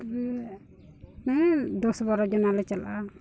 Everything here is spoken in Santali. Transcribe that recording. ᱛᱚᱵᱮ ᱦᱮᱸ ᱫᱚᱥ ᱵᱟᱨᱚ ᱡᱚᱱᱟᱞᱮ ᱪᱟᱞᱟᱜᱼᱟ